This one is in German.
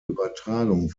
übertragung